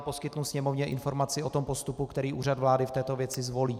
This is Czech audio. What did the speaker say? poskytnu Sněmovně informaci o postupu, který Úřad vlády v této věci zvolí.